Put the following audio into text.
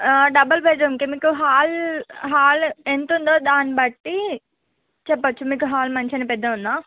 double bed రూమ్కి మీకు hall hall ఎంతుందో దాన్ని బట్టి చెప్ప వచ్చు మీకు హాల్ మంచిగానే పెద్దగ్గా ఉందా